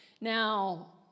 Now